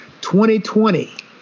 2020